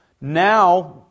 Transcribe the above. Now